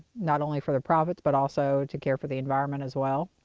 not only for the profit but also to care for the environment as well.